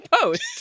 Post